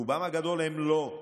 רובם הגדול הם לא.